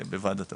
בוועדת הפנים,